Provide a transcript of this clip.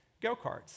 go-karts